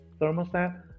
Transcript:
thermostat